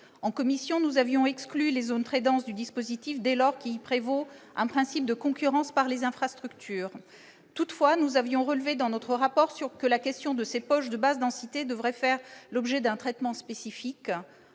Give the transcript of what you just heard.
En commission, nous avions exclu les zones très denses du dispositif dès lors qu'y prévaut un principe de concurrence par les infrastructures. Toutefois, nous avions relevé dans notre rapport que la question de ces poches de basse densité devrait faire l'objet d'un traitement spécifique.